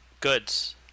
goods